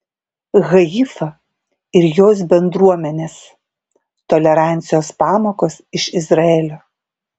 haifa ir jos bendruomenės tolerancijos pamokos iš izraelio